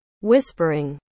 Whispering